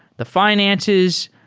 the finances.